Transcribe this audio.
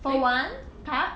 for one cup